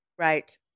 right